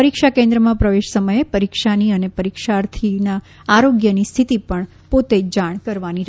પરીક્ષા કેન્તમાં પ્રવેશ સમયે પરીક્ષાની અને પરીક્ષાર્થીના આરોગ્યની સ્થિતિ પોતે જ જાણ કરવાની રહેશે